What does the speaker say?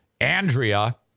Andrea